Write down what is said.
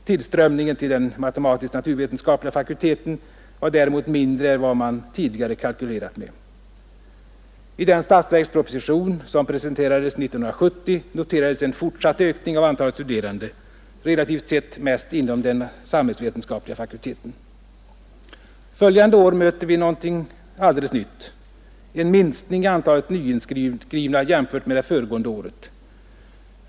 Tillströmningen till den matematisk-naturvetenskapliga fakulteten var däremot mindre än vad man tidigare kalkylerat med. Följande år möter vi någonting alldeles nytt: en minskning i antalet nyinskrivna jämfört med det föregående året.